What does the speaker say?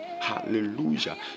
Hallelujah